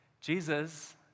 Jesus